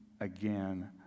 again